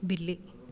बि॒ली